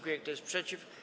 Kto jest przeciw?